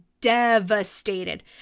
devastated